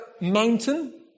mountain